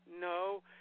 No